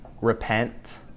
repent